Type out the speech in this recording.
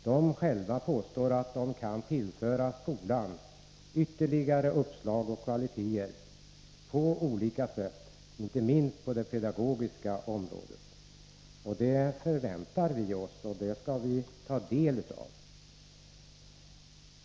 Deras företrädare påstår att de kan tillföra skolan ytterligare uppslag och kvaliteter på olika sätt, inte minst på det pedagogiska området. Det förväntar vi oss också, och det skall vi ta del av.